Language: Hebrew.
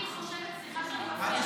סליחה שאני מפריעה לך.